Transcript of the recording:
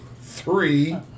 Three